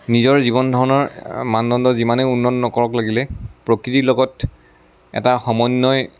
নিজৰ জীৱন ধাৰণৰ মানদণ্ড যিমানেই উন্নত নকৰক লাগিলে প্ৰকৃতিৰ লগত এটা সমন্বয়